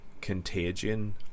contagion